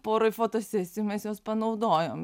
porai fotosesijų mes juos panaudojom